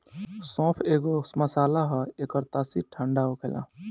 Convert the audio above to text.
सौंफ एगो मसाला हअ एकर तासीर ठंडा होखेला